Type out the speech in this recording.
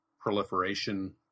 proliferation